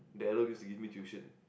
the eldest used to give me tuition